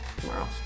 tomorrow